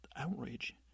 outrage